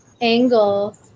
angle